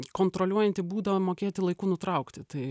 kontroliuojantį būdą mokėti laiku nutraukti tai